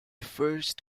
first